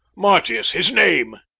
marcius, his name?